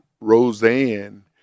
Roseanne